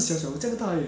你有 candice